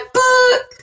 book